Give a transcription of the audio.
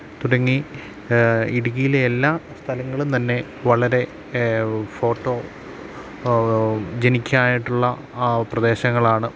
തുടങ്ങി ഇടുക്കിയിലെ എല്ലാ സ്ഥലങ്ങളും തന്നെ വളരെ ഫോട്ടോ ജനിക്കായിട്ടുള്ള പ്രദേശങ്ങളാണ്